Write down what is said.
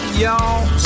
y'all